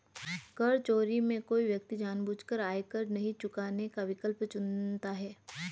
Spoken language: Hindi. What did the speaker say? कर चोरी में कोई व्यक्ति जानबूझकर आयकर नहीं चुकाने का विकल्प चुनता है